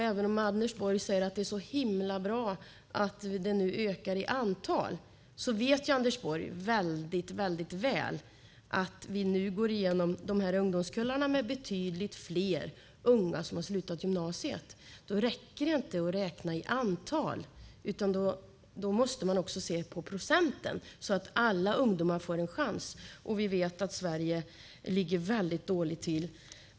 Även om Anders Borg säger att det är så himla bra att det nu ökar i antal vet Anders Borg väldigt väl att det när vi nu går igenom dessa ungdomskullar med betydligt fler unga som har slutat gymnasiet inte räcker att räkna i antal. Man måste i stället se på procenten, så att alla ungdomar får en chans, och vi vet att Sverige ligger väldigt dåligt till.